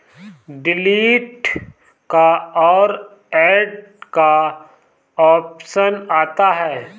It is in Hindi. डिलीट का और ऐड का ऑप्शन आता है